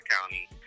County